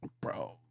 Bro